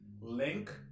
link